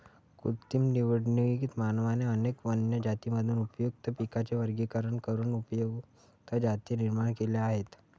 कृत्रिम निवडीत, मानवाने अनेक वन्य जातींमधून उपयुक्त पिकांचे वर्गीकरण करून उपयुक्त जाती निर्माण केल्या आहेत